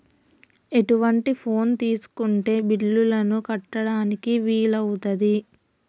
ఎటువంటి ఫోన్ తీసుకుంటే బిల్లులను కట్టడానికి వీలవుతది?